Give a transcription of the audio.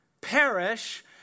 Perish